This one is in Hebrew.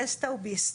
דסטאו ביסט.